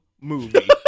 movie